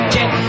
Jet